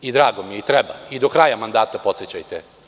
I drago mi je, i treba, i do kraja mandata podsećajte.